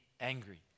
angry